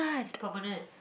is Promenade